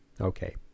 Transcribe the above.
Okay